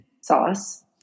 sauce